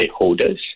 stakeholders